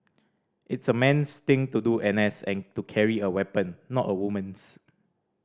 it's a man's thing to do N S and to carry a weapon not a woman's